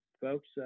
folks